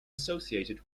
associated